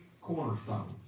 cornerstone